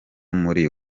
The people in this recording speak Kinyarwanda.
muri